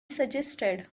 suggested